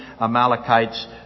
Amalekites